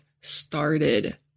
started